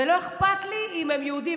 ולא אכפת לי אם הם יהודים,